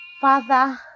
father